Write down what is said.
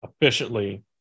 efficiently